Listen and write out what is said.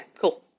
cool